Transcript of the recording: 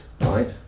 right